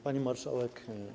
Pani Marszałek!